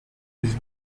his